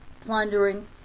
plundering